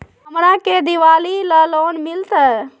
हमरा के दिवाली ला लोन मिलते?